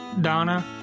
Donna